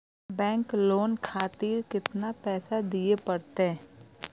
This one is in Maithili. बैंक लोन खातीर केतना पैसा दीये परतें?